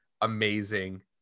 amazing